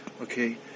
okay